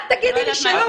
אל תגידי לי שלא.